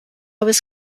was